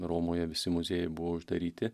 romoje visi muziejai buvo uždaryti